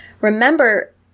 Remember